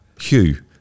Hugh